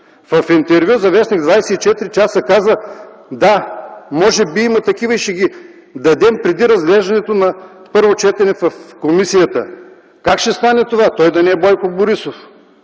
в интервю за в. „24 часа” казва: „Да, може би има такива, и ще ги дадем преди разглеждането на първо четене в комисията”. Как ще стане това? Той да не е Бойко Борисов,